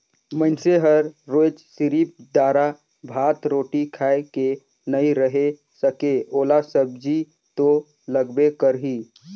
मइनसे हर रोयज सिरिफ दारा, भात, रोटी खाए के नइ रहें सके ओला सब्जी तो लगबे करही